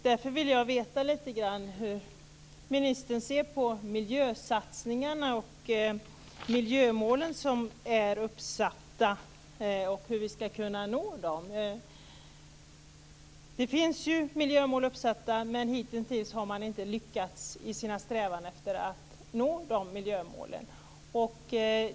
Därför vill jag veta lite grann hur ministern ser på miljösatsningarna och de uppsatta miljömålen samt hur vi ska kunna nå målen. Det finns miljömål uppsatta, men hitintills har man inte lyckats i sin strävan efter att nå dem.